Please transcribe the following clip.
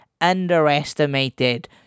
Underestimated